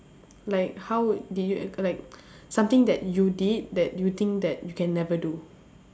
like how would did you like something that you did that you think that you can never do